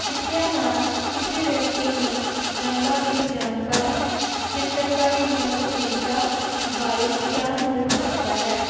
ਸਿੱਖਿਆ ਨਾਲ ਕਿਸੇ ਵਿਅਕਤੀ ਨੂੰ ਰੰਗਾਂ ਦੀ ਜਾਣਕਾਰੀ ਚਿੱਤਰਕਾਰੀ ਦੀਆਂ ਤਕਨੀਕਾਂ ਬਾਰੇ ਗਿਆਨ ਮਿਲ ਸਕਦਾ ਹੈ